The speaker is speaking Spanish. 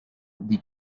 the